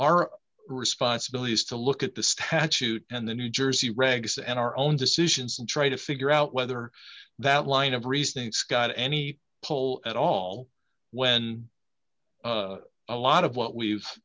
our responsibility is to look at the statute and the new jersey regs and our own decisions and try to figure out whether that line of reasoning scott any poll at all when a lot of what we've